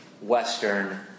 Western